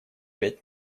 пять